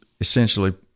essentially